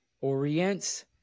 orients